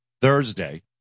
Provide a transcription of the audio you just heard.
Thursday